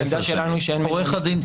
העמדה שלנו היא שאין מניעה משפטית.